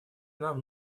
нам